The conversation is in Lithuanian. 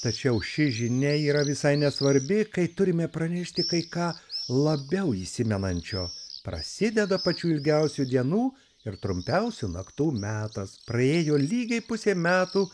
tačiau ši žinia yra visai nesvarbi kai turime pranešti kai ką labiau įsimenančio prasideda pačių ilgiausių dienų ir trumpiausių naktų metas praėjo lygiai pusė metų